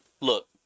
Look